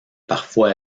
parfois